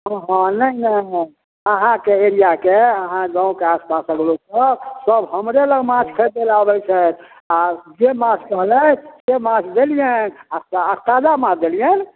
हँ हँ नहि नहि अहाँके एरियाके अहाँ गाँवके आसपासक लोक कऽ सब हमरे लग माछ खरदै लऽ आबै छथि आ जे माछ कहलथि से माछ देलिअनि आ ताजा माछ देलिअनि